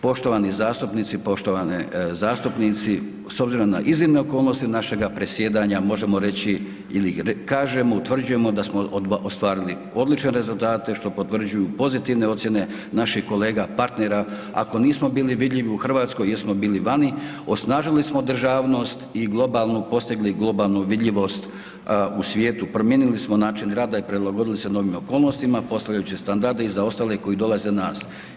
Poštovani zastupnici, poštovane zastupnici, s obzirom na iznimne okolnosti našega presjedanja možemo reći ili kažemo, utvrđujemo da smo ostvarili odlične rezultate što potvrđuju pozitivne ocijene naših kolega partnera, ako nismo bili vidljivi u RH, jesmo bili vani, osnažili smo državnost i globalnu, postigli globalnu vidljivost u svijetu, promijenili smo način rada i prilagodili se novim okolnostima postavljajući standarde i za ostale koji dolaze iza nas.